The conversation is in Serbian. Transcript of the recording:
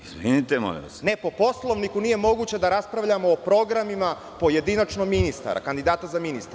Izvinite, molim vas.) Ne po Poslovniku nije moguće da raspravljamo o programima pojedinačno ministara, kandidata za ministre.